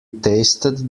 tasted